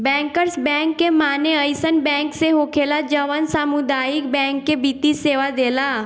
bankers bank के माने अइसन बैंक से होखेला जवन सामुदायिक बैंक के वित्तीय सेवा देला